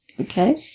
Okay